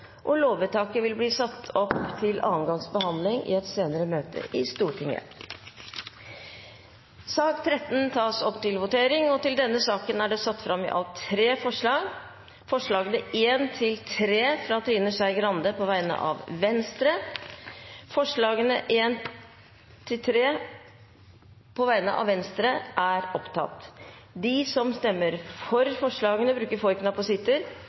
helhet. Lovvedtaket vil bli ført opp til andre gangs behandling i et senere møte i Stortinget. Under debatten er det satt fram i alt tre forslag. Det er forslagene nr. 1–3, fra Trine Skei Grande på vegne av Venstre.